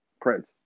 Prince